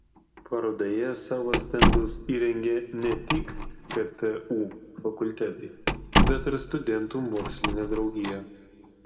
parodoje savo stendus įrengė ne tik ktu fakultetai bet ir studentų mokslinė draugija